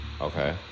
Okay